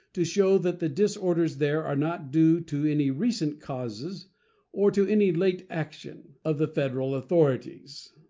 to show that the disorders there are not due to any recent causes or to any late action of the federal authorities.